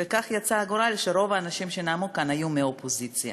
וכך יצא הגורל שרוב האנשים שנאמו כאן היו מהאופוזיציה,